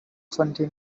twenty